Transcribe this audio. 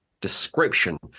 description